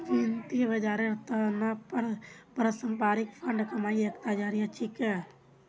वित्त बाजारेर त न पारस्परिक फंड कमाईर एकता जरिया छिके